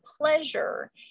pleasure